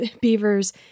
Beavers